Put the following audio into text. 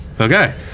okay